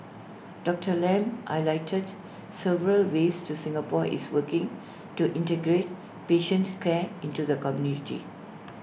Doctor Lam highlighted several ways to Singapore is working to integrate patient care into the community